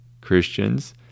Christians